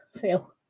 fail